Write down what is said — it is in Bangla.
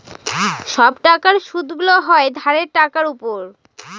সব টাকার সুদগুলো হয় ধারের টাকার উপর